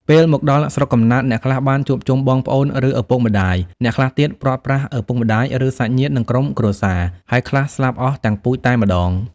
ពេលមកដល់ស្រុកកំណើត អ្នកខ្លះបានជួបបងប្អូនឬឪពុកម្តាយ អ្នកខ្លះទៀតព្រាត់ប្រាសឪពុកម្តាយឬសាច់ញាតិនិងក្រុមគ្រួសារ ហើយខ្លះស្លាប់អស់ទាំងពូជតែម្តង។